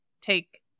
take